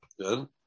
Good